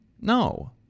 No